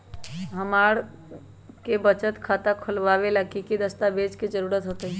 हमरा के बचत खाता खोलबाबे ला की की दस्तावेज के जरूरत होतई?